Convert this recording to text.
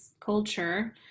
culture